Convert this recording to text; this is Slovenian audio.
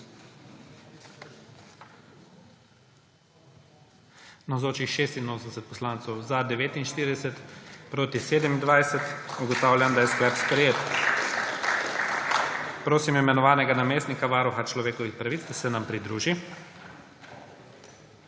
27. (Za je glasovalo 49.) (Proti 27.) Ugotavljam, da je sklep sprejet. Prosim imenovanega namestnika varuha človekovih pravic, da se nam pridruži.